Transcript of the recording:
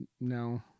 no